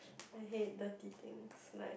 I hate dirty things like